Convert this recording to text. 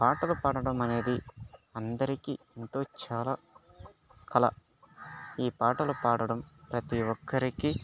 పాటలు పాడడం అనేది అందరికీ ఎంతో చాలా కళ ఈ పాటలు పాడడం ప్రతి ఒక్కరికి